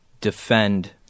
defend